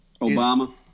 Obama